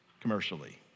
commercially